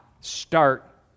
start